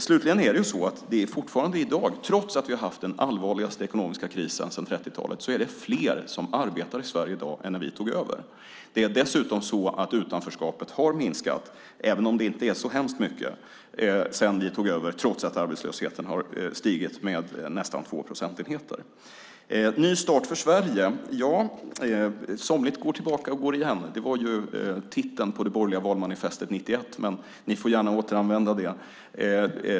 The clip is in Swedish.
Fortfarande är det så att trots att vi har haft den allvarligaste ekonomiska krisen sedan 30-talet är det fler som arbetar i Sverige i dag än när vi tog över. Det är dessutom så att utanförskapet har minskat, även om det inte är med så hemskt mycket, sedan vi tog över trots att arbetslösheten har stigit med nästan 2 procentenheter. Ny start för Sverige - somligt går tillbaka och går igen. Det var ju titeln på det borgerliga valmanifestet 1991, men ni får gärna återanvända det.